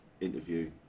interview